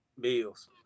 Bills